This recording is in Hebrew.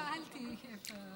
סליחה, סליחה.